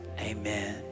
amen